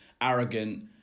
arrogant